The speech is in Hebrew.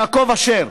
יעקב אשר,